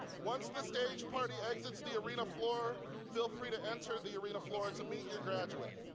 once the stage party exits the arena floor, feel free to enter the arena floor to meet your graduate.